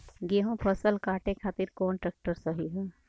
गेहूँक फसल कांटे खातिर कौन ट्रैक्टर सही ह?